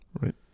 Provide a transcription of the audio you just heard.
Right